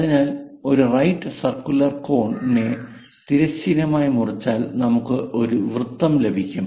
അതിനാൽ ഒരു right circular cone നെ തിരശ്ചീനമായി മുറിച്ചാൽ നമുക്ക് വൃത്തം ലഭിക്കും